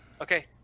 Okay